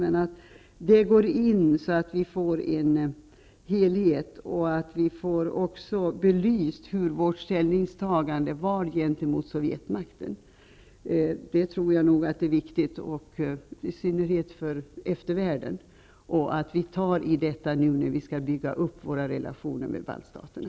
Men detta måste tas med så att det blir en helhet och så att vi också får vårt ställningstagande gentemot Sovjetmakten belyst. Jag tror att detta är viktigt, i synnerhet för eftervärlden. Och det är viktigt att vi tar tag i detta nu när vi skall bygga upp våra relationer med de baltiska staterna.